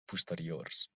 posteriors